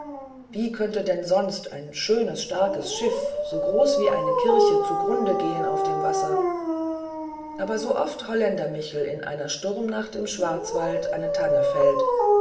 wie könnte denn sonst ein schönes starkes schiff so groß als eine kirche zu grund gehen auf dem wasser aber sooft holländer michel in einer sturmnacht im schwarzwald eine tanne fällt